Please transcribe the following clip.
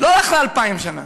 לא אחרי אלפיים שנה,